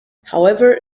however